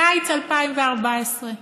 קיץ 2014,